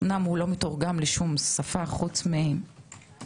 אמנם לא מתורגם לשום שפה חוץ מערבית.